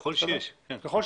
ככל שיש.